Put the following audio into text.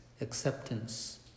acceptance